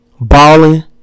Balling